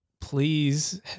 please